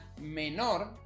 menor